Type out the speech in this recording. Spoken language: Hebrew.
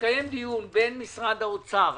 שמתקיים דיון בין משרד האוצר,